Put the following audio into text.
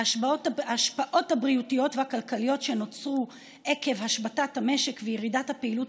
ההשפעות הבריאותיות והכלכליות שנוצרו עקב השבתת המשק וירידת הפעילות